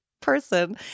person